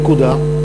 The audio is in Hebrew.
נקודה.